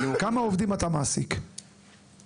כמה עובדים אתה מעסיק בחברה?